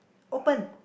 open